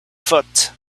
foot